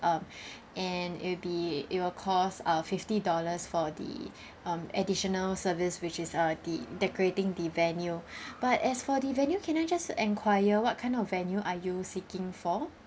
um and it'll be it will cost uh fifty dollars for the um additional service which is uh the decorating the venue but as for the venue can I just enquire what kind of venue are you seeking for